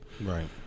Right